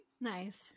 nice